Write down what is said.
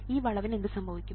ഈ വളവിന് എന്ത് സംഭവിക്കും